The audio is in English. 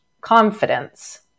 confidence